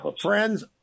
friends